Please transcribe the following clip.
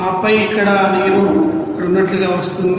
ఆపై ఇక్కడ ఆ నీరు అక్కడ ఉన్నట్లుగా వస్తోంది